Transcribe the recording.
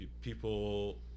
people